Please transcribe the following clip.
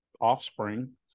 offspring